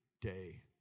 day